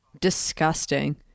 disgusting